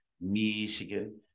Michigan